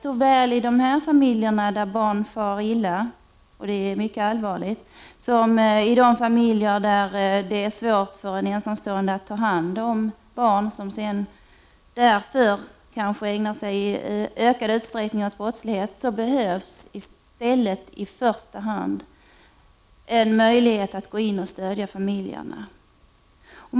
Såväl i familjer där barn far illa, något som är mycket allvarligt, som i familjer där en ensamförälder har svårt att ta hand om barnen, som därför kanske i stor utsträckning kommer att ägna sig åt brottslighet, behövs i stället i första hand en möjlighet att gå in och stödja familjerna.